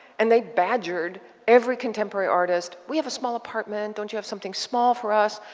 and they badgered every contemporary artist, we have a small apartment, don't you have something small for us.